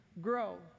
grow